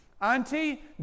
Auntie